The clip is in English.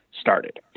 started